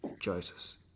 choices